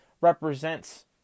represents